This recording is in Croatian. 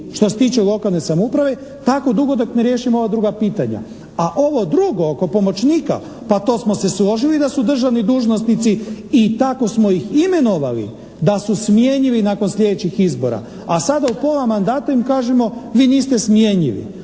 što se tiče lokalne samouprave tako dugo dok ne riješimo ova druga pitanja. A ovo drugo oko pomoćnika, pa to smo se složili da su državni dužnosnici i tako smo ih imenovali, da su smjenjivi nakon sljedećih izbora, a sada u pola mandata im kažemo vi niste smjenjivi.